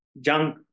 junk